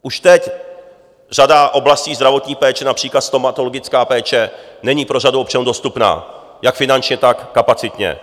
Už teď řada oblastí zdravotní péče, například stomatologická péče, není pro řadu občanů dostupná jak finančně, tak kapacitně.